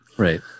Right